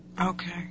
Okay